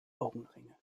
augenringe